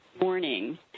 morning